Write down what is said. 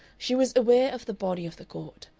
she was aware of the body of the court,